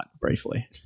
briefly